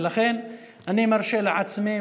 ולכן אני מרשה לעצמי,